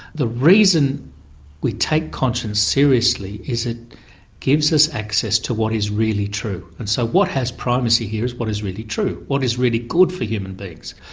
the reason we take conscience seriously is it gives us access to what is really true. and so what has primacy here is what is really true what is really good for human beings.